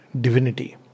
divinity